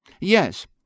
Yes